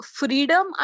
freedom